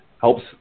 Helps